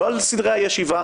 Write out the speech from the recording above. לא על סדרי הישיבה.